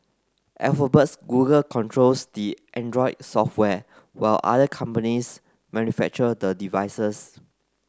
Alphabet's Google controls the Android software while other companies manufacture the devices